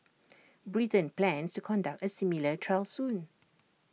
Britain plans to conduct A similar trial soon